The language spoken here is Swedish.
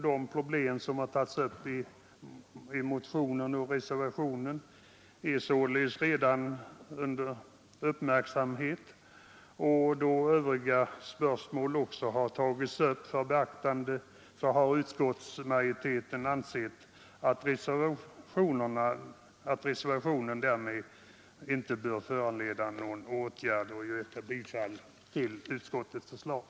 De problem som har tagits upp i motionen och reservationen är således redan under uppmärksamhet. Då även övriga spörsmål har tagits i beaktande, har utskottsmajoriteten ansett att reservationen därmed inte bör föranleda någon åtgärd. Jag yrkar därför bifall till utskottets hemställan.